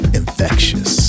infectious